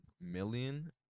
million